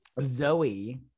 Zoe